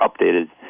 updated